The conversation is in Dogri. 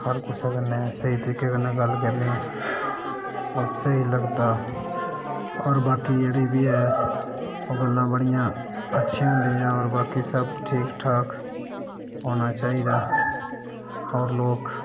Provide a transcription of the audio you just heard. हर कुसै कन्नै स्हेई तरीके कन्नै गल्ल करनी ओह् स्हेई लगदा होर बाकी जेह्ड़ी बी ऐ ओह् गल्लां बड़ियां अच्छियां होंदियां बाकी सब ठीक ठाक होना चाहिदा होर लोक